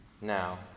Now